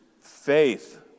faith